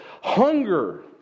hunger